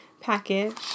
package